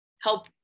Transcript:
help